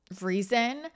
reason